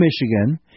Michigan